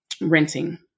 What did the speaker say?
renting